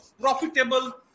profitable